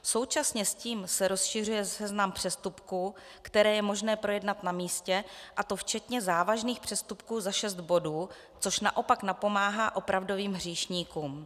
Současně s tím se rozšiřuje seznam přestupků, které je možné projednat na místě, a to včetně závažných přestupků za šest bodů, což naopak napomáhá opravdovým hříšníkům.